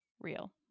real